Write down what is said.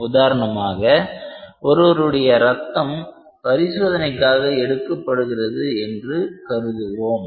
உதாரணமாக ஒருவருடைய ரத்தம் பரிசோதனைக்காக எடுக்கப்படுகிறது என்று கருதுவோம்